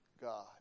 God